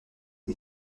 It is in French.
les